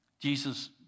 Jesus